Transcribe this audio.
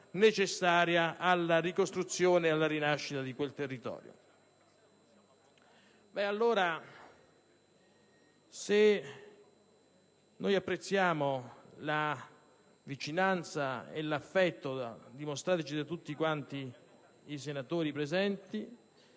necessaria alla ricostruzione e alla rinascita di un territorio colpito dal terremoto. Apprezziamo la vicinanza e l'affetto dimostratici da tutti quanti i senatori presenti,